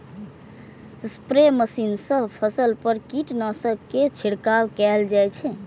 spray machine सं फसल पर कीटनाशक के छिड़काव कैल जाइ छै